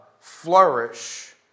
flourish